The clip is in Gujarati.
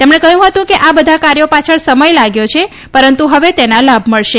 તેમણે કહ્યુંં હતું કે આ બધા કાર્યો પાછળ સમથ લાગ્યો છે પરંતુ હવે તેના લાભ મળશે